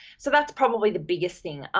so that's probably the biggest thing.